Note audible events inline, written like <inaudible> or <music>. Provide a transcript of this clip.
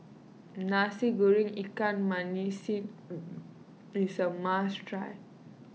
Nasi Goreng Ikan Masin <noise> is a must try